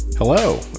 Hello